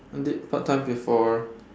I did part time before